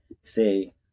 say